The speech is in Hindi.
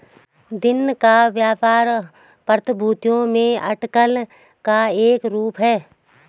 दिन का व्यापार प्रतिभूतियों में अटकलों का एक रूप है